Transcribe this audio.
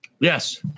Yes